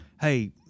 hey